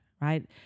right